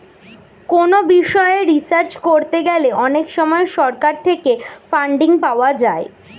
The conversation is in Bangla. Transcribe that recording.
কোনো বিষয়ে রিসার্চ করতে গেলে অনেক সময় সরকার থেকে ফান্ডিং পাওয়া যায়